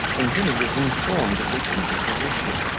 until he was informed of this interposition,